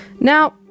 Now